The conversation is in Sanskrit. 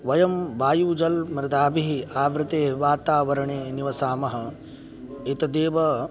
वयं वायुजलमृदाभिः आवृते वातावरणे निवसामः एतदेव